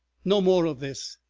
no more of this!